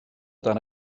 dan